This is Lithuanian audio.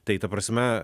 tai ta prasme